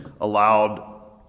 allowed